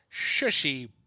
shushy